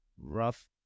rough